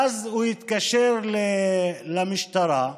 ואז הוא התקשר למשטרה,